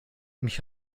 mich